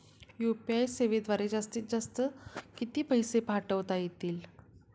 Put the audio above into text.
UPI सेवेद्वारे जास्तीत जास्त किती पैसे पाठवता येतील?